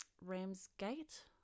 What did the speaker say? Ramsgate